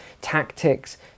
tactics